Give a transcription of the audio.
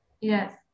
Yes